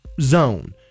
zone